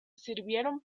sirvieron